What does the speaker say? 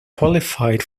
qualified